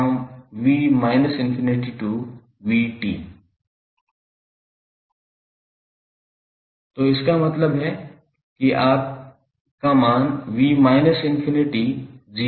𝑣𝑡𝑣−∞ तो इसका मतलब है कि आपका मान 𝑣−∞0 है